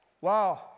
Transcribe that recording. Wow